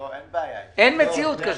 אין מציאות כזאת.